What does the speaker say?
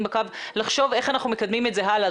בקו לחשוב איך אנחנו מקדמים את זה הלאה,